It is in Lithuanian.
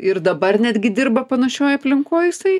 ir dabar netgi dirba panašioj aplinkoj jisai